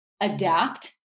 adapt